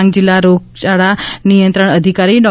ડાંગ જીલ્લા રોગયાળા નિંયત્રણ અધિકારી ડો